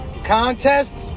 contest